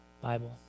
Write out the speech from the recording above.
Bible